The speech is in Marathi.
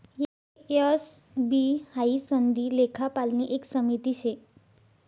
ए, एस, बी हाई सनदी लेखापालनी एक समिती शे